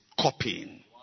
copying